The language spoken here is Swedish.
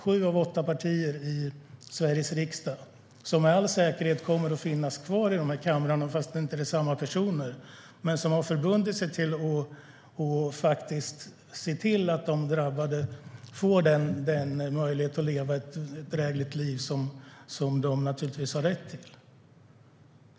Sju av åtta partier i Sveriges riksdag - partier som med all säkerhet kommer att finnas kvar i den här kammaren även om det inte är samma personer - har förbundit sig att se till att de drabbade får den möjlighet att leva ett drägligt liv som de har rätt till.